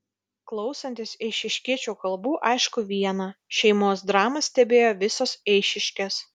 klausantis eišiškiečių kalbų aišku viena šeimos dramą stebėjo visos eišiškės